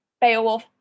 Beowulf